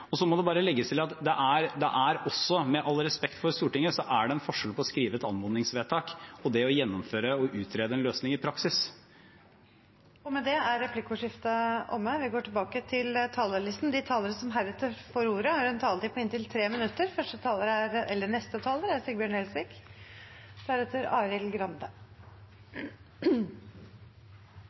Det må også legges til, med all respekt for Stortinget, at det er forskjell på å skrive et anmodningsvedtak og å utrede og gjennomføre en løsning i praksis. Da er replikkordskiftet omme. De talere som heretter får ordet, har en taletid på inntil 3 minutter.